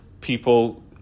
people